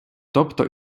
тобто